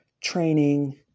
training